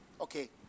Okay